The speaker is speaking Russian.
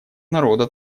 народа